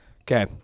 Okay